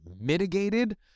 mitigated